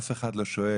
אף אחד לא שואל,